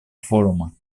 форума